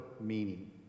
meaning